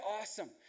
awesome